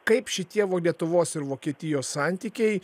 kaip šitie lietuvos ir vokietijos santykiai